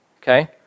Okay